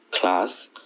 class